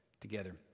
together